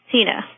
Tina